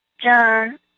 John